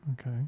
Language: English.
Okay